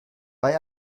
bei